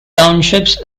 townships